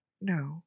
no